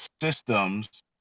systems